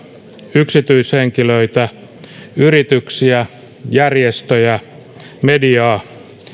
yksityishenkilöitä yrityksiä järjestöjä mediaa